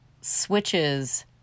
switches